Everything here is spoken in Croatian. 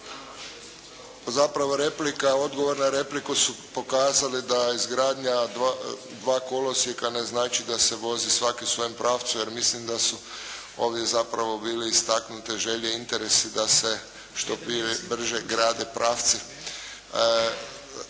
replika i odgovor na repliku su pokazali da izgradnja dva kolosijeka ne znači da se vozi svaki u svojem pravcu jer mislim da su ovdje zapravo bile istaknute želje i interesi da se što prije, brže grade pravci.